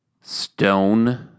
stone